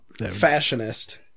fashionist